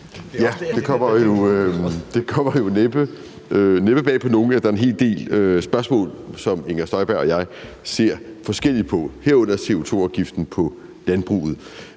Det kommer jo næppe bag på nogen, at der er en hel del spørgsmål, som Inger Støjberg og jeg ser forskelligt på, herunder CO2-afgiften på landbruget.